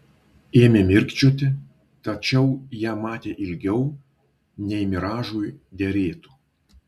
ėmė mirkčioti tačiau ją matė ilgiau nei miražui derėtų